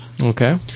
Okay